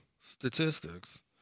statistics